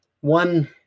One